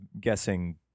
guessing